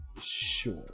sure